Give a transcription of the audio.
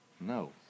No